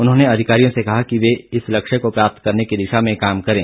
उन्होंने अधिकारियों से कहा कि वे इस लक्ष्य को प्राप्त करने की दिशा में काम करें